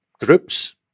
groups